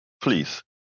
please